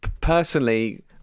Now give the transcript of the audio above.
Personally